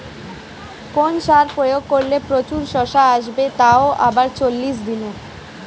কোন সার প্রয়োগ করলে প্রচুর শশা আসবে তাও আবার চল্লিশ দিনে?